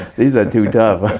these are too tough.